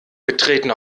betreten